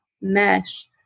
mesh